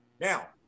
Now